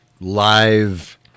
live